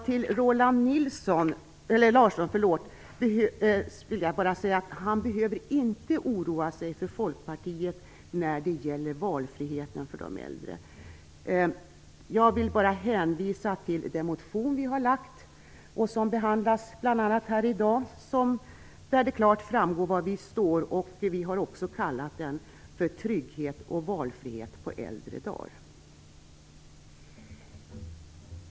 Till Roland Larsson vill jag bara säga att han inte behöver oroa sig för Folkpartiet när det gäller valfriheten för de äldre. Jag vill bara hänvisa till den motion som vi har väckt, vilken bl.a. behandlas här i dag. Av den framgår det klart var vi står, och vi har också kallat den Trygghet och valfrihet på äldre dagar.